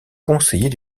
conseiller